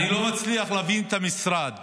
אני לא מצליח להבין את המשרד